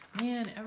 Man